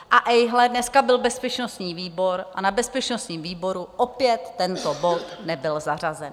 A ejhle, dneska byl bezpečnostní výbor a na bezpečnostním výboru opět tento bod nebyl zařazen.